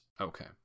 okay